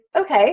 okay